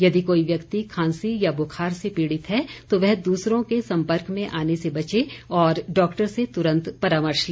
यदि कोई व्यक्ति खांसी या बुखार से पीड़ित है तो वह दूसरों के संपर्क में आने से बचे और डॉक्टर से तुरंत परामर्श ले